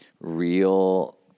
real